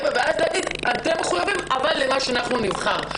ואז להגיד: אתם מחויבים אבל רק למה שאנחנו נבחר.